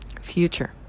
future